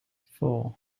four